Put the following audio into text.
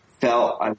felt –